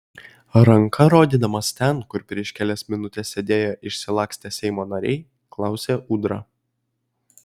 ranka rodydamas ten kur prieš kelias minutes sėdėjo išsilakstę seimo nariai klausė ūdra